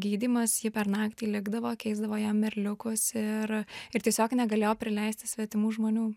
gydymas ji per naktį likdavo keisdavo jam merliukus ir ir tiesiog negalėjo prileisti svetimų žmonių